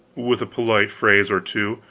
with a polite phrase or two,